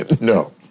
No